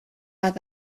bat